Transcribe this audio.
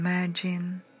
Imagine